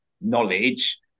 knowledge